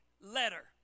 letter